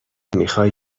میخای